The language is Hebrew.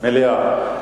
מליאה.